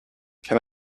can